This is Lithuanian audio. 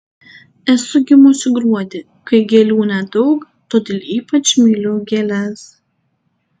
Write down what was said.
esu gimusi gruodį kai gėlių nedaug todėl ypač myliu gėles